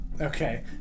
Okay